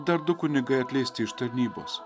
dar du kunigai atleisti iš tarnybos